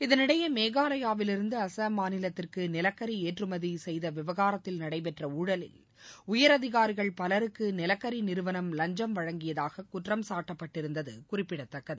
இதனிடையே மேகாலபாவிலிருந்து அசாம் மாநிலத்திற்கு நிலக்கி ஏற்றுமதி செய்த விவகாரத்தில் நடைபெற்ற ஊழலில் உயர் அதிகாரிகள் பலருக்கு நிலக்கரி நிறுவனம் லஞ்சம் வழங்கியதாக குற்றம் சாட்டப்பட்டிருப்பது குறிப்பிடத்தக்கது